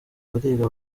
bariga